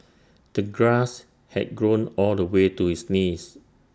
the grass had grown all the way to his knees